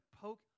poke